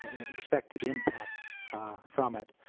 ah expected impact from it.